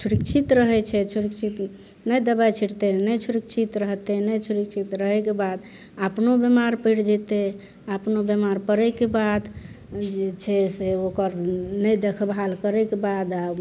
सुरक्षित रहै छै सुरक्षित नहि दबाइ छिटतै नहि सुरक्षित रहतै नहि सुरक्षित रहैके बाद अपनो बेमार पड़ि जेतै अपनो बेमार पड़ैके बाद जे छै से ओकर नहि देखभाल करैके बाद